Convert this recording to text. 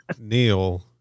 Neil